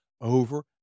over